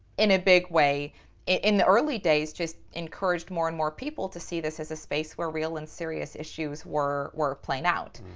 in a big way in the early days just encouraged more and more people to see this as a space where real and serious issues were, were playing out.